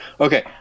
okay